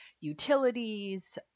utilities